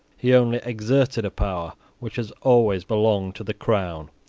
he only exerted a power which has always belonged to the crown.